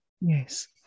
Yes